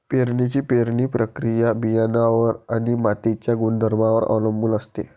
पेरणीची पेरणी प्रक्रिया बियाणांवर आणि मातीच्या गुणधर्मांवर अवलंबून असते